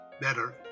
better